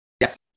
Yes